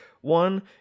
One